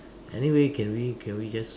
anyway can we can we just